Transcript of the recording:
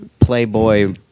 Playboy